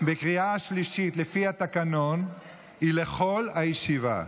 בקריאה שלישית לפי התקנון היא לכל הישיבה,